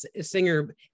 singer